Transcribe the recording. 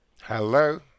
Hello